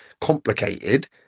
complicated